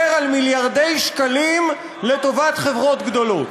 על מיליארדי שקלים לטובת חברות גדולות.